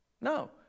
No